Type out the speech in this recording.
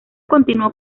continuó